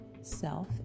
self